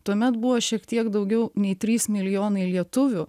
tuomet buvo šiek tiek daugiau nei trys milijonai lietuvių